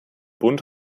bunt